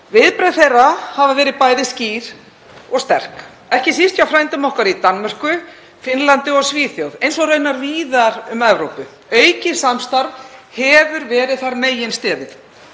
Viðbrögð þeirra hafa verið bæði skýr og sterk, ekki síst hjá frændum okkar í Danmörku, Finnlandi og Svíþjóð, eins og raunar víðar um Evrópu. Aukið samstarf hefur verið meginstefið.